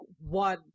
one